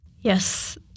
Yes